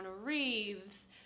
Reeves